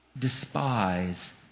despise